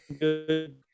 good